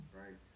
right